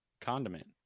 condiment